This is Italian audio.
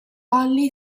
volley